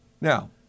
Now